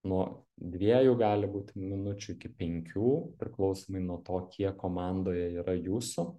nuo dviejų gali būti minučių iki penkių priklausomai nuo to kiek komandoje yra jūsų